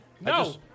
No